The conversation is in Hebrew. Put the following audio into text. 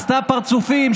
עשתה פרצופים,